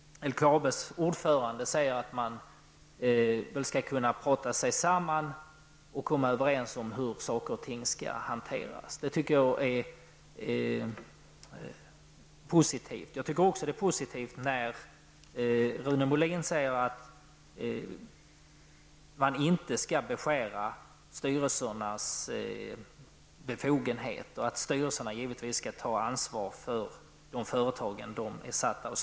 LKABs ordförande säger att man nog skall kunna resonera sig samman och komma överens om hur saker och ting skall hanteras. Jag tycker att det är positivt. Jag tycker också att det är positivt att Rune Molin säger att man inte skall beskära styrelsernas befogenheter och att styrelserna givetvis skall ta ansvar för de företag som de har att styra.